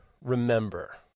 remember